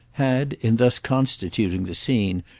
had, in thus constituting the scene,